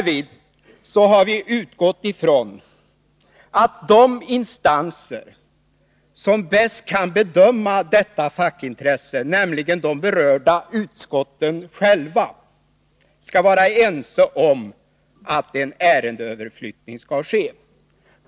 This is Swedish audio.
Vi har utgått ifrån att de instanser som bäst kan bedöma detta fackintresse, nämligen de berörda utskotten själva, skall vara ense om att en ärendeöverflyttning skall ske.